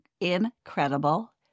Incredible